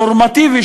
נורמטיבי,